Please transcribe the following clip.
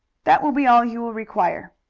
that will be all you will require.